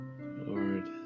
Lord